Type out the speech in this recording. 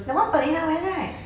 that one palina went right